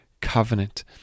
covenant